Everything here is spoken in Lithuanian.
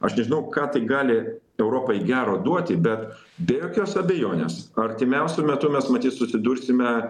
aš nežinau ką tai gali europai gero duoti be be jokios abejonės artimiausiu metu mes matyt susidursime